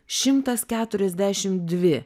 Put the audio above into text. šimtas keturiasdešim dvi